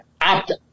opt